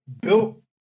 built